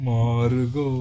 Margo